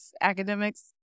academics